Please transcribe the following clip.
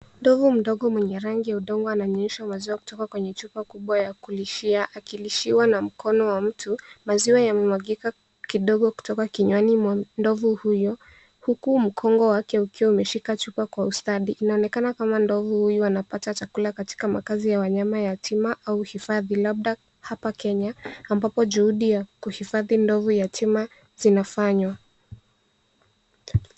Ndovu mdogo mwenye rangi ya udongo ananyonyeshwa maziwa kutoka kwenye chupa kubwa ya kulishia, akilishiwa na mkono wa mtu. Maziwa yamemwagika kidogo kutoka kinywani mwa ndovu huyu huku mkongo wake ukiwa umeshika chupa kwa ustadi. Inaonekana kama ndovu huyu anapata chakula katika makazi ya wanyama yatima au hifadhi labda hapa Kenya ambapo juhudi ya kuhifadhi ndovu yatima zinafanywa.